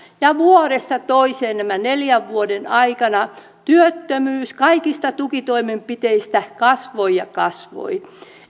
ja ja vuodesta toiseen näiden neljän vuoden aikana työttömyys kaikista tukitoimenpiteistä huolimatta kasvoi ja kasvoi